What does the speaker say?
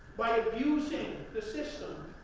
by abusing the system,